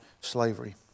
slavery